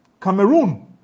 Cameroon